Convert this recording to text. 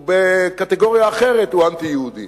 הוא בקטגוריה אחרת, הוא אנטי-יהודי.